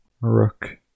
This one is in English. Rook